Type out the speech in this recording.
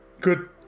Good